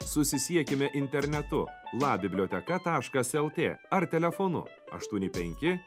susisiekime internetu la biblioteka taškas l t ar telefonu aštuoni penki